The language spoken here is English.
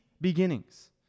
beginnings